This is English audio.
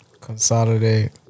Consolidate